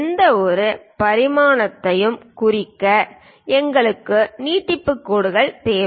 எந்த பரிமாணத்தையும் குறிக்க எங்களுக்கு நீட்டிப்பு கோடுகள் தேவை